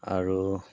আৰু